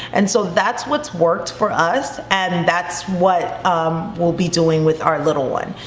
and so that's what's worked for us. and that's what we'll be doing with our little one.